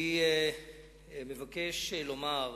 אני מבקש לומר: